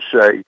say